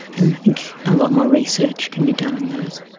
and i think a lot more research can be done on those.